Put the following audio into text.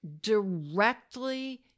directly